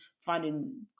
finding